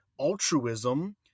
altruism